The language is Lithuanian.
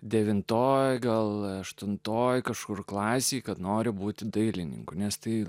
devintoje gal aštuntoje kažkur klasėje kad noriu būti dailininku nes tai